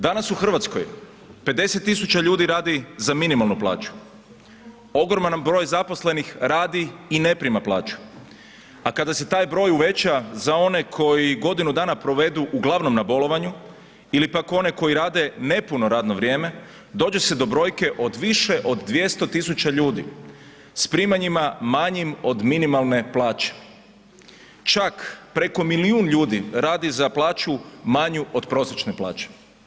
Danas u Hrvatskoj 50 tisuća ljudi radi za minimalnu plaću, ogroman broj zaposlenih radi i ne prima plaću, a kada se taj broj uveća za one koji godinu dana provedu uglavnom na bolovanju ili pak one koji rade nepuno radno vrijeme dođe se do brojke od više od 200 tisuća ljudi s primanjima manjim od minimalne plaće, čak preko milijun ljudi radi za plaću manju od prosječne plaće.